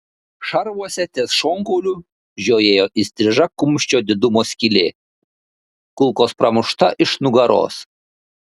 šarvuose ties šonkauliu žiojėjo įstriža kumščio didumo skylė kulkos pramušta iš nugaros